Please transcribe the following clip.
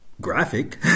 Graphic